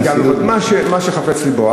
הנשיא גם יכול להיות, מה שחפץ לבו.